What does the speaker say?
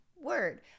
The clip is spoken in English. word